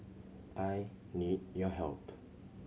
I need your help